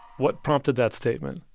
what prompted that statement?